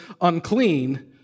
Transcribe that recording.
unclean